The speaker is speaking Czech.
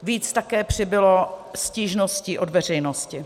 Víc také přibylo stížností od veřejnosti.